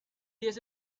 diez